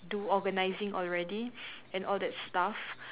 do organising already and all that stuff